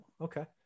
Okay